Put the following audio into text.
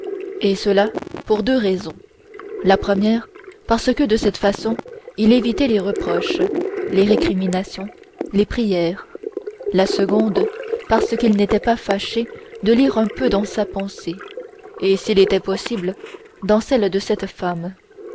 et cela pour deux raisons la première parce que de cette façon il évitait les reproches les récriminations les prières la seconde parce qu'il n'était pas fâché de lire un peu dans sa pensée et s'il était possible dans celle de cette femme